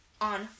on